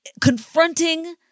confronting